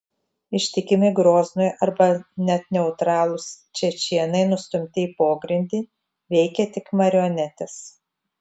ištikimi groznui arba net neutralūs čečėnai nustumti į pogrindį veikia tik marionetės